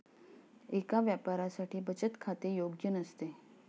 एका व्यापाऱ्यासाठी बचत खाते योग्य नसते